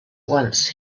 once